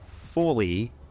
fully